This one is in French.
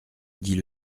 dit